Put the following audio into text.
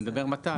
נדבר מתי?